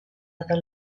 other